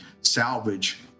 salvage